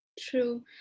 true